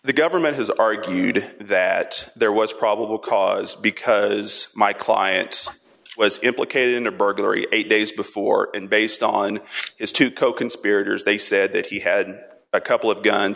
the government has argued that there was probable cause because my client was implicated in a burglary eight days before and based on his two coconspirators they said that he had a couple of guns